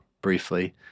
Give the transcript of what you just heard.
briefly